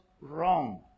wrong